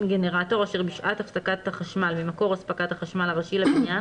גנרטור אשר בשעת הפסקת החשמל ממקור אספקת החשמל הראשי לבניין